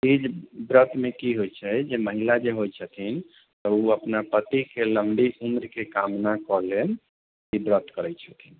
तीज व्रतमे की होइत छै जे महिला जे होइत छथिन आ ओ अपना पतिके लम्बी उम्रके कामनाके लेल ई व्रत करैत छथिन